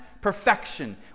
Perfection